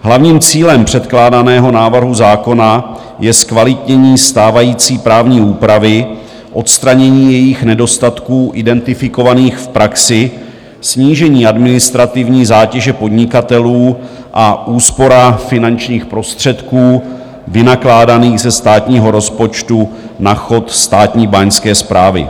Hlavním cílem předkládaného návrhu zákona je zkvalitnění stávající právní úpravy, odstranění jejích nedostatků identifikovaných v praxi, snížení administrativní zátěže podnikatelů a úspora finančních prostředků vynakládaných ze státního rozpočtu na chod Státní báňské správy.